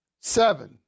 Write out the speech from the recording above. Seven